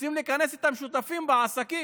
רוצים להיכנס איתם כשותפים בעסקים.